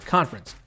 Conference